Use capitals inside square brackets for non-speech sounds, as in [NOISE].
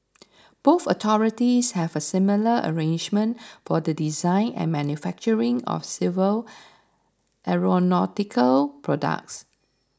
both authorities have a similar arrangement for the design and manufacturing of civil [NOISE] aeronautical products